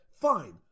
fine